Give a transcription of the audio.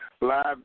live